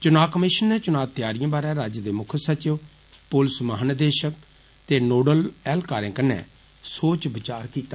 चुनां कमीष्न ने चुना तैयारियें बारै राज्य दे मुक्ख सचिव पुलस महानिदेषक ते नोडल ऐह्कारें कन्नै सोच विचार कीता